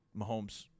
Mahomes